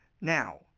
Now